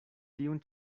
tiun